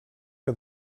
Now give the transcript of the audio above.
que